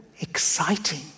exciting